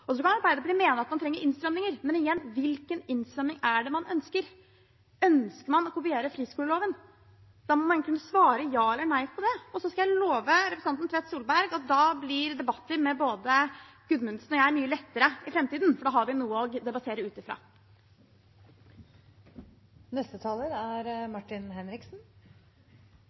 Så kan Arbeiderpartiet mene at man trenger innstramminger, men igjen: Hvilke innstramminger er det man ønsker? Ønsker man å kopiere friskoleloven? Da må man kunne svare ja eller nei på det, og så skal jeg love representanten Tvedt Solberg at da blir debatter med både Gudmundsen og meg mye lettere i framtiden, for da har vi noe å debattere ut